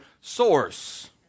source